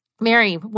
Mary